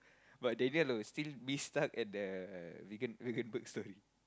but Daniel will be still be stuck at the Vegan Veganburg story